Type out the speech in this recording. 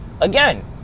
again